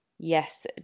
Yes